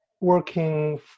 working